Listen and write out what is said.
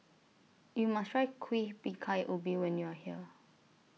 YOU must Try Kuih Bingka Ubi when YOU Are here